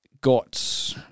got